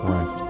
Right